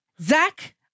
Zach